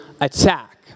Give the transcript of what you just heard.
attack